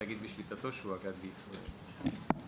תאגיד בשליטתו שהואגד בישראל.